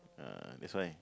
uh that's why